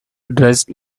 dressed